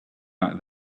that